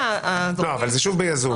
אבל זה שוב ביזום.